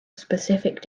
specific